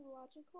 logical